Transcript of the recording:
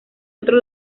otro